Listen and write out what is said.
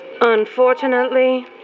Unfortunately